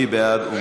מי בעד?